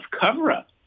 cover-up